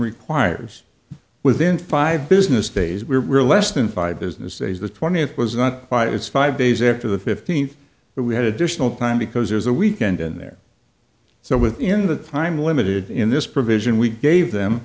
requires within five business days we were less than five business days the twentieth was not by it's five days after the fifteenth but we had additional time because there's a weekend in there so within the time limited in this provision we gave them